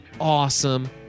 awesome